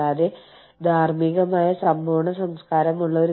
ഇവിടെ ചില ഘടകങ്ങൾ കൂടി